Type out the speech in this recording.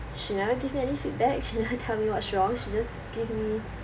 she never give me any feedback she never tell me what's wrong she just give me